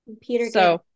Peter